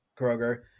Kroger